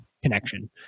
connection